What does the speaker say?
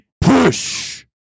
push